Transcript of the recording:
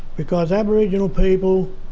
because aboriginal people,